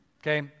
okay